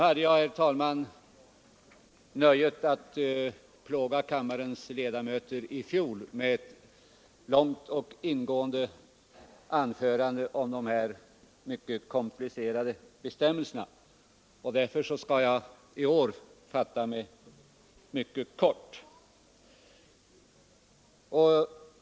I fjol plågade jag kammarens ledamöter med ett långt och ingående anförande om de här mycket komplicerade bestämmelserna, och därför skall jag i år fatta mig mycket kort.